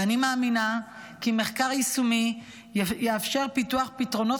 ואני מאמינה כי מחקר יישומי יאפשר פיתוח פתרונות